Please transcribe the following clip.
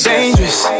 Dangerous